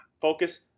Focus